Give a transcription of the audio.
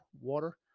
Water